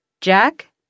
Jack